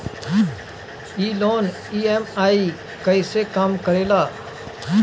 ई loan EMI कईसे काम करेला?